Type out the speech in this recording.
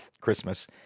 Christmas